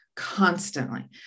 Constantly